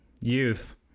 youth